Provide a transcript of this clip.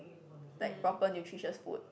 like proper nutritious food